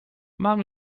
mam